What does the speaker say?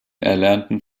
erlernen